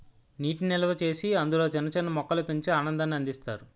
నీటి నిల్వచేసి అందులో చిన్న చిన్న మొక్కలు పెంచి ఆనందాన్ని అందిస్తారు